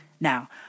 Now